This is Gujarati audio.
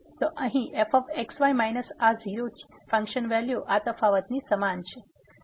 તો અહીં f x y માઈનસ આ 0 ફંકશન વેલ્યુ આ તફાવતની સમાન છે